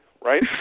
right